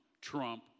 Trump